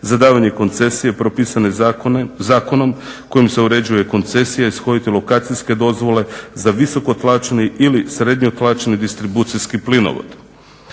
za davanje koncesije propisane zakonom kojim se uređuje koncesija ishoditelj lokacijske dozvole za visoko tlačni ili srednjo tlačni distribucijski plinovod.